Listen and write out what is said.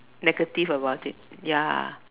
negative about it ya